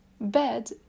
Bed